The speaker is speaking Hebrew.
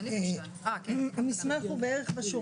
עלי בינג, רכז רווחה וביטוח לאומי באגף תקציבים.